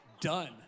done